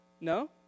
No